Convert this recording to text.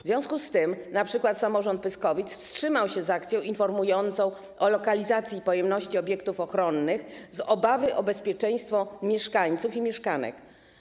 W związku z tym np. samorząd Pyskowic wstrzymał się z akcją informującą o lokalizacji i pojemności obiektów ochronnych z obawy o bezpieczeństwo mieszkańców i mieszkanek.